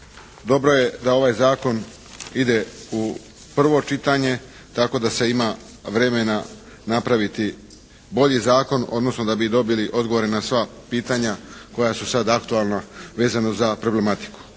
Dobro je da ovaj zakon ide u prvo čitanje tako da se ima vremena napraviti bolji zakon odnosno da bi dobili odgovore na sva pitanja koja su sada aktualna vezana za problematiku.